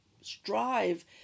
strive